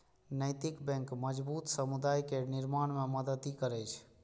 नैतिक बैंक मजबूत समुदाय केर निर्माण मे मदति करै छै